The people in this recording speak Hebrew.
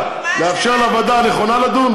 1. לאפשר לוועדה הנכונה לדון,